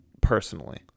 personally